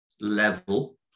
level